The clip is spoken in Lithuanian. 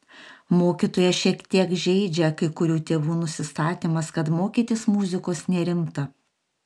mokytoją šiek tiek žeidžia kai kurių tėvų nusistatymas kad mokytis muzikos nerimta